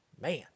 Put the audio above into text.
Man